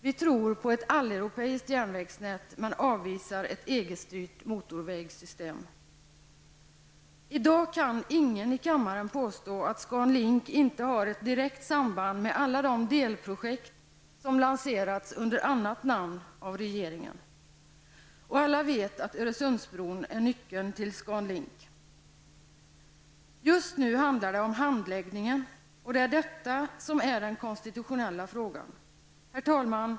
Vi tror på ett alleuropeiskt järnvägsnät men avvisar ett I dag kan ingen i kammaren påstå att Scan Link inte har ett direkt samband med alla de delprojekt som lanserats under annat namn av regeringen. Och alla vet att Öresundsbron är nyckeln till Scan Link. Just nu handlar det om handläggningen, och det är detta som är den konstitutionella frågan. Herr talman!